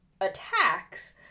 attacks